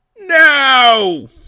No